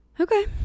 Okay